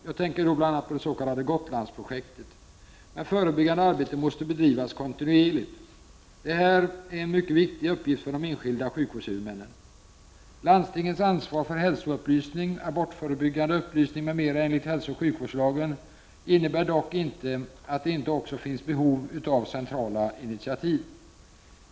Jag tänker då bl.a. på det s.k. Gotlandsprojektet. Men förebyggande arbete måste bedrivas kontinuerligt. Det här är en mycket viktig uppgift för de enskilda sjukvårdshuvudmännen. Landstingens ansvar för hälsoupplysning, abortförebyggande upplysning m.m. enligt hälsooch sjukvårdslagen innebär dock inte att det inte också finns behov av centrala initiativ.